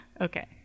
okay